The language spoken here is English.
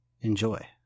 Enjoy